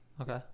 Okay